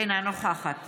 אינה נוכחת